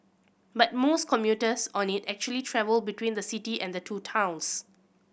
but most commuters on it actually travel between the city and the two towns